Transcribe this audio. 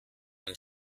als